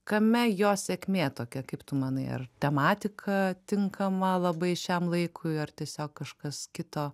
kame jo sėkmė tokia kaip tu manai ar tematika tinkama labai šiam laikui ar tiesiog kažkas kito